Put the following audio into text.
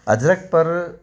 Ajrakhpur